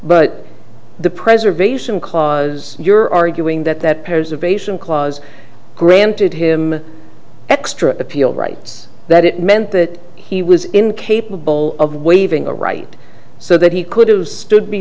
but the preservation cause you're arguing that that pairs of asian claws granted him extra appeal rights that it meant that he was incapable of waiving a right so that he could have stood